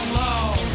long